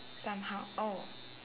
somehow oh